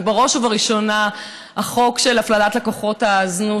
ובראש ובראשונה החוק של הפללת לקוחות הזנות.